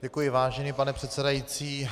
Děkuji, vážený pane předsedající.